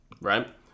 right